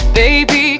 baby